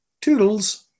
toodles